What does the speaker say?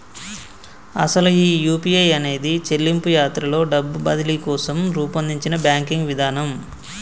అసలు ఈ యూ.పీ.ఐ అనేది చెల్లింపు యాత్రలో డబ్బు బదిలీ కోసం రూపొందించిన బ్యాంకింగ్ విధానం